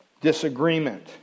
disagreement